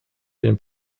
den